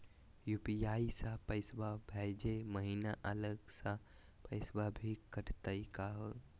UPI स पैसवा भेजै महिना अलग स पैसवा भी कटतही का हो?